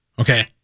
Okay